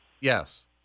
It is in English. Yes